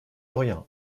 rien